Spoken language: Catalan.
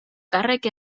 càrrec